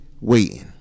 waiting